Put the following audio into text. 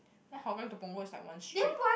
then Hougang to Punggol is like one street